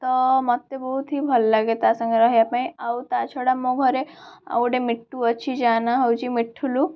ତ ମୋତେ ବହୁତ ହି ଭଲଲାଗେ ତାସାଙ୍ଗରେ ରହିବା ପାଇଁ ଆଉ ତାଛଡ଼ା ମୋ ଘରେ ଆଉ ଗୋଟେ ମିଟୁ ଅଛି ଯାଆ ନାଁ ହେଉଛି ମିଠୁଲୁ